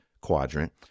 quadrant